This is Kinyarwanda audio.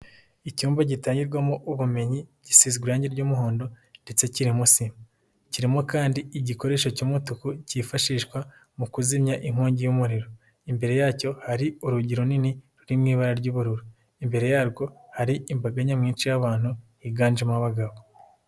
Icyumba gitangirwarwamo ubumenyi gisize irangi ry'umuhondo ndetse kirimo sima, kirimo kandi igikoresho cy'umutuku kifashishwa mu kuzimya inkongi y'umuriro, imbere yacyo hari urugi runini ruri mu ibara ry'ubururu, imbere yarwo hari imbaga nyamwinshi y'abantu higanjemo abagabo.